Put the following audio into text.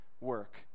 work